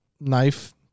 knife